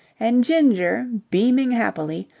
and ginger, beaming happily,